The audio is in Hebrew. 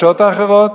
בשעות האחרות.